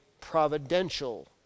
providential